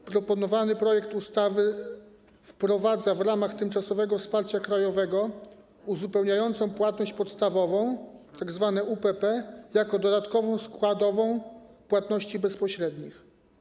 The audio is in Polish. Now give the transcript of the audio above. W proponowanym projekcie ustawy wprowadza się w ramach tymczasowego wsparcia krajowego uzupełniającą płatność podstawową, tzw. UPP, jako dodatkową składową płatności bezpośrednich.